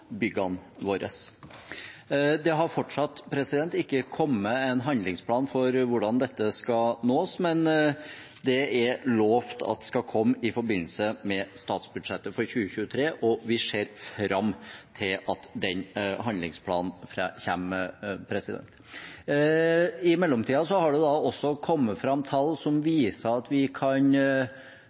byggene våre. Det har fortsatt ikke kommet en handlingsplan for hvordan dette skal nås, men det er lovet at skal komme i forbindelse med statsbudsjettet for 2023, og vi ser fram til at den handlingsplanen kommer. I mellomtiden har det kommet fram tall som viser at vi kan